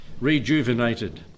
rejuvenated